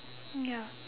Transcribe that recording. ya